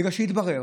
בגלל שהתברר